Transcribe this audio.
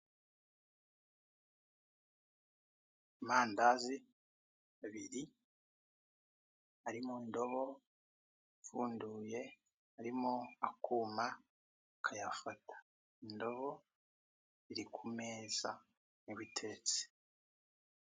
Amandazi abiri ari mu ndobo ipfunduye irimo akuma kayafata, indobo iri ku meza niho iteretse.